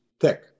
thick